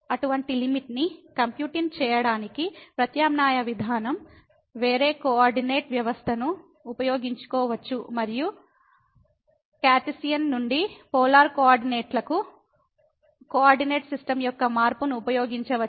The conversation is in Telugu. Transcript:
అటువంటి లిమిట్ ని కంప్యూటింగ్ చేయడానికి ప్రత్యామ్నాయ విధానం వేరే కోఆర్డినేట్ వ్యవస్థను ఉపయోగించుకోవచ్చు మరియు కార్టిసియన్ నుండి పోలార్ కోఆర్డినేట్లకు అక్షాంశాలు coordinates కోఆర్డినేట్ సిస్టమ్ యొక్క మార్పును ఉపయోగించవచ్చు